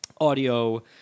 audio